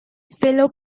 fellow